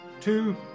two